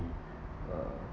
be uh